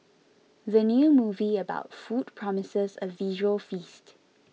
the new movie about food promises a visual feast